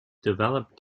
develop